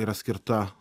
yra skirta